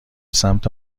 سمت